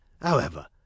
However